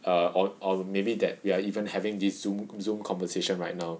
uh or or maybe that ya even having this zoom conversation right now